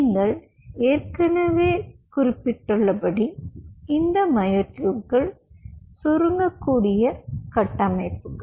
நீங்கள் ஏற்கனவே குறிப்பிட்டுள்ளபடி இந்த மயோட்யூப்கள் சுருங்கக்கூடிய கட்டமைப்புகள்